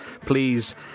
please